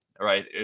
right